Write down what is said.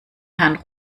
herrn